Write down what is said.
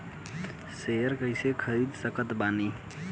Share कइसे खरीद सकत बानी?